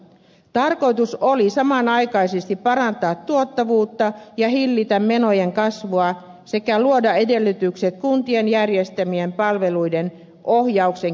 tarkoitus oli samanaikaisesti parantaa tuottavuutta ja hillitä menojen kasvua sekä luoda edellytykset kuntien järjestämien palveluiden ohjauksen kehittämiselle